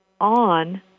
on